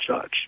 judge